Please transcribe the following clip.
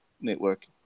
Network